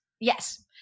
yes